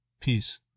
Peace